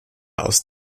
aus